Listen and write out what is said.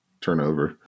turnover